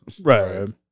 right